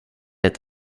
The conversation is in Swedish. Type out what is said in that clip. ett